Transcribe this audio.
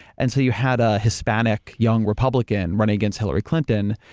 and so you had a hispanic young republican running against hillary clinton,